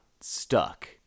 stuck